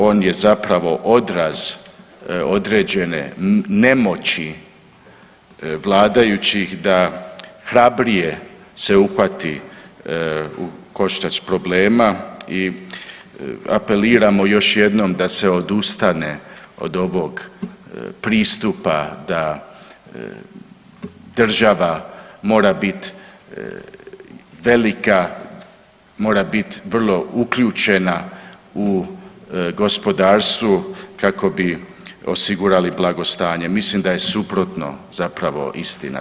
On je zapravo odraz određene nemoći vladajućih da hrabrije se uhvati u koštac s problema i apeliramo još jednom da se odustane od ovog pristupa da država mora bit velika, mora bit vrlo uključena u gospodarstvu kako bi osigurali blagostanje, mislim da je suprotno zapravo istina.